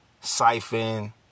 siphon